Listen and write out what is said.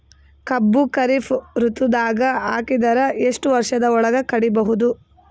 ಕಬ್ಬು ಖರೀಫ್ ಋತುದಾಗ ಹಾಕಿದರ ಎಷ್ಟ ವರ್ಷದ ಒಳಗ ಕಡಿಬಹುದು?